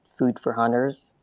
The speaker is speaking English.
foodforhunters